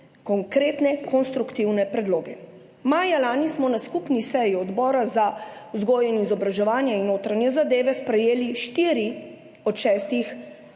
konkretne konstruktivne predloge. Maja lani smo na skupni seji odborov za vzgojo in izobraževanje in notranje zadeve sprejeli štiri od šestih